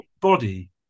body